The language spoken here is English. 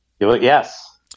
Yes